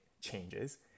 changes